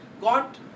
got